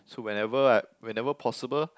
so whenever I whenever possible